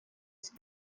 zen